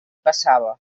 passava